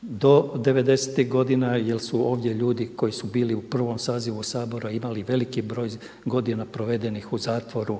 do devedesetih godina jer su ovdje ljudi koji su bili u prvom sazivu Sabora imali veliki broj godina provedenih u zatvoru